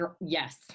Yes